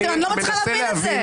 אני לא מצליחה את זה.